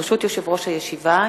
ברשות יושב-ראש הישיבה,